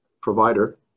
Provider